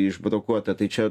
išbrokuota tai čia